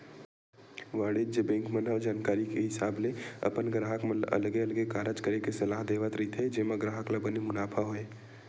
वाणिज्य बेंक मन ह जानकारी के हिसाब ले अपन गराहक मन ल अलगे अलगे कारज करे के सलाह देवत रहिथे जेमा ग्राहक ल बने मुनाफा होय